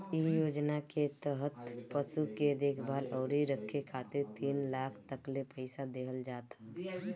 इ योजना के तहत पशु के देखभाल अउरी रखे खातिर तीन लाख तकले पईसा देहल जात ह